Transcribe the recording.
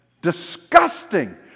Disgusting